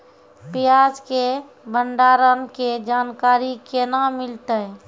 प्याज के भंडारण के जानकारी केना मिलतै?